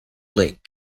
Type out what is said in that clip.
link